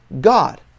God